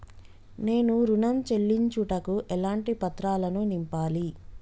నేను ఋణం చెల్లించుటకు ఎలాంటి పత్రాలను నింపాలి?